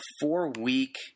four-week